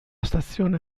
stazione